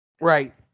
Right